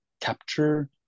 capture